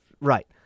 Right